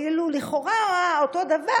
כאילו לכאורה אותו דבר,